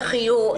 איך יהיו,